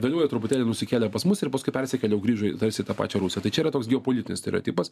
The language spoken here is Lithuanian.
vėliau jie truputėlį nusikėlė pas mus ir paskui persikėlė jau grįžo tarsi į tą pačią rusiją tai čia yra toks geopolitinis stereotipas